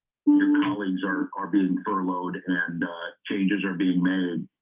enrollees are are being furloughed and changes are being made